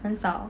很少